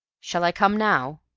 shall i come now?